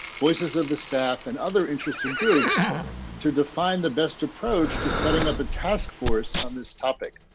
voices of the staff and other interested groups to define the best approach to setting up a task force on this topic.